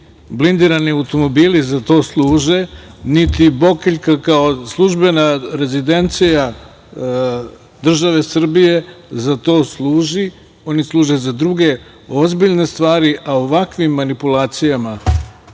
blindirani automobili za to služe, niti "Bokeljka" kao službena rezidencija države Srbije za to služi, oni služe za druge, ozbiljne stvari. Ovakvim manipulacijama